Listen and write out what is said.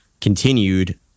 continued